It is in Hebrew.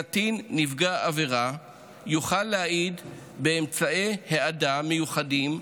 קטין נפגע עבירה יוכל להעיד באמצעי העדה מיוחדים,